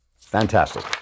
Fantastic